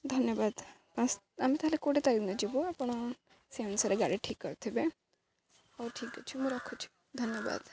ଧନ୍ୟବାଦ ଆମେ ତା'ହେଲେ କୋଡ଼ିଏ ତାରିଖ ଦିନ ଯିବୁ ଆପଣ ସେଇ ଅନୁସାରେ ଗାଡ଼ି ଠିକ୍ କରିଥିବେ ହଉ ଠିକ୍ ଅଛି ମୁଁ ରଖୁଛି ଧନ୍ୟବାଦ